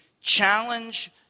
challenge